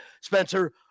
Spencer